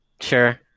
Sure